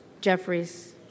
Jeffries